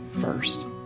first